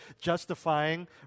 justifying